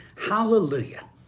Hallelujah